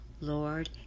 Lord